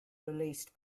released